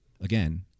Again